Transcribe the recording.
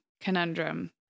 conundrum